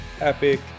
epic